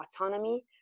autonomy